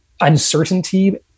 uncertainty